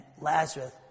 Lazarus